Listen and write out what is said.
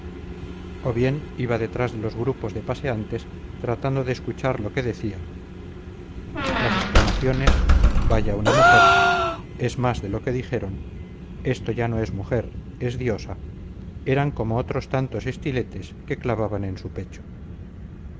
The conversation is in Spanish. o bien iba detrás de los grupos de paseantes tratando de escuchar lo que decían las exclamaciones vaya una mujer es más de lo que dijeron esto ya no es mujer es diosa eran como otros tantos estiletes que clavaban en su pecho